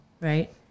right